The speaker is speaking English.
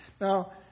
Now